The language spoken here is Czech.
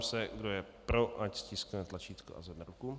Kdo je pro, ať stiskne tlačítko a zvedne ruku.